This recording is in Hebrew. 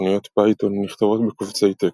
תוכניות פייתון נכתבות בקובצי טקסט,